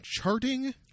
charting